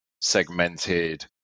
segmented